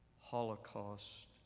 Holocaust